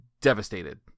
devastated